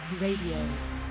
Radio